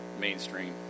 mainstream